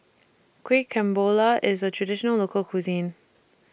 Kueh Kemboja IS A Traditional Local Cuisine